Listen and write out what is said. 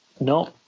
no